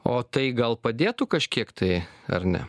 o tai gal padėtų kažkiek tai ar ne